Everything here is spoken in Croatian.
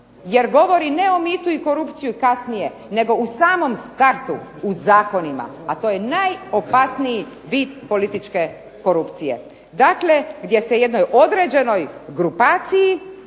jer govori ne o mitu i korupciji kasnije nego u samom startu, u zakonima, a to je najopasniji vid političke korupcije. Dakle, gdje se jednoj određenoj grupaciji